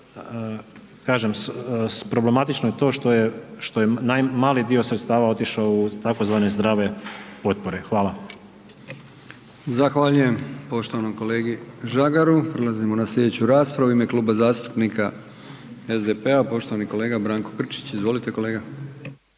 kažem problematično je to što je mali dio sredstava otišao u tzv. zdrave potpore. Hvala. **Brkić, Milijan (HDZ)** Zahvaljujem poštovanom kolegi Žagaru, prelazimo na slijedeću raspravu, u ime Kluba zastupnika SDP-a, poštovani kolega Branko Grčić, izvolite kolega.